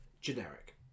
generic